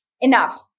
enough